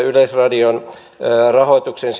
yleisradion rahoituksen